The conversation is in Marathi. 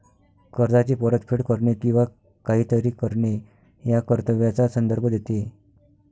कर्जाची परतफेड करणे किंवा काहीतरी करणे या कर्तव्याचा संदर्भ देते